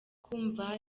kumva